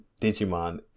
Digimon